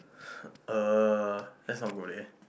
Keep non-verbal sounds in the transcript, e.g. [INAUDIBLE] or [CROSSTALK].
[NOISE] uh that's not good leh